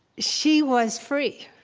she was free.